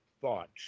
thoughts